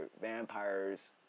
vampires